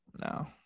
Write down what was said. No